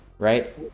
right